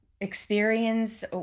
experience